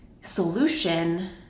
solution